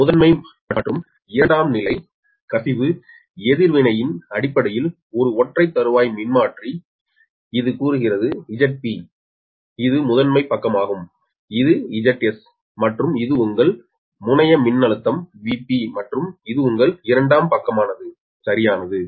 முதன்மை மற்றும் இரண்டாம் நிலை கசிவு எதிர்வினைகளின் அடிப்படையில் ஒரு ஒற்றை தருவாய் மின்மாற்றி இது கூறுகிறது Zp இது முதன்மை பக்கமாகும் இது Zs மற்றும் இது உங்கள் முனைய மின்னழுத்த Vp மற்றும் இது உங்கள் இரண்டாம் பக்கமானது சரியானது